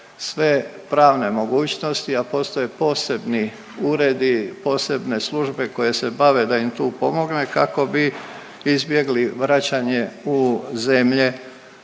sve pravne mogućnosti a postoje posebni uredi, posebne službe koje se bave da im tu pomogne kako bi izbjegli vraćanje u zemlje